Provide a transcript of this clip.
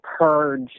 purge